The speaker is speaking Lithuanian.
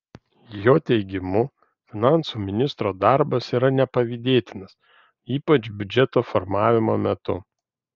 jo teigimu finansų ministro darbas yra nepavydėtinas ypač biudžeto formavimo metu